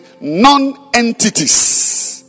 non-entities